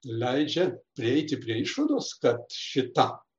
leidžia prieiti prie išvados kad šita a